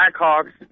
Blackhawks